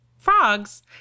Frogs